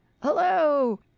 Hello